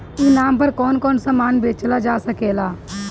ई नाम पर कौन कौन समान बेचल जा सकेला?